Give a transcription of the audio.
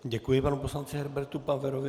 Děkuji panu poslanci Herbertu Paverovi.